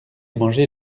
mangé